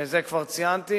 ואת זה כבר ציינתי.